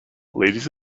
ladies